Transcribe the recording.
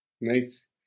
Nice